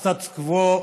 הסטטוס קוו,